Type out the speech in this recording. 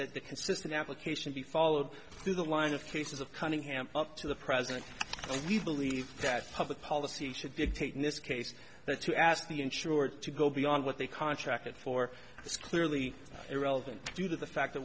consistent application be followed through the line of cases of cunningham up to the present we believe that public policy should be taken this case that to ask the insurer to go beyond what they contracted for it's clearly irrelevant due to the fact that